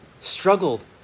struggled